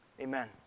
amen